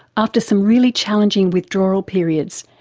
after some really challenging withdrawal periods,